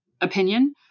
opinion